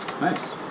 Nice